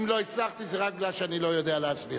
אם לא הצלחתי זה רק כי אני לא יודע להסביר.